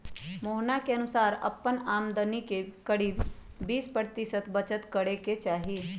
मोहना के अनुसार अपन आमदनी के करीब बीस प्रतिशत बचत करे के ही चाहि